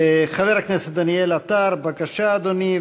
חבר הכנסת דניאל עטר, בבקשה, אדוני.